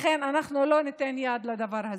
לכן אנחנו לא ניתן יד לדבר הזה.